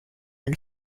eine